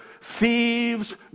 thieves